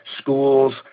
schools